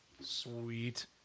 Sweet